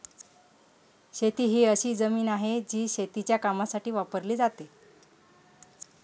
शेती ही अशी जमीन आहे, जी शेतीच्या कामासाठी वापरली जाते